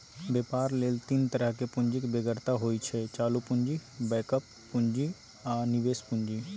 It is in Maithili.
बेपार लेल तीन तरहक पुंजीक बेगरता होइ छै चालु पुंजी, बैकअप पुंजी आ निबेश पुंजी